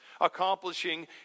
accomplishing